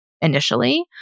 Initially